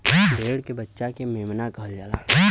भेड़ के बच्चा के मेमना कहल जाला